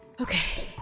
okay